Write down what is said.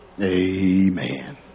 amen